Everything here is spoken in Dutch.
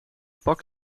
pak